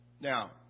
Now